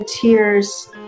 tears